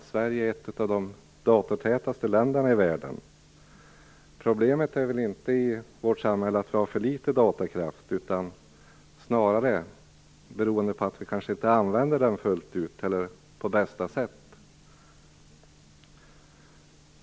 Sverige är väl ett av de datatätaste länderna i världen. Problemet i vårt samhälle är nog inte att vi har för litet datakraft. Snarare använder vi den kanske inte fullt ut eller på bästa sätt.